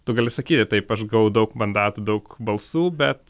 tu gali sakyti taip aš gavau daug mandatų daug balsų bet